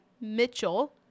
Mitchell